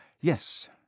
Yes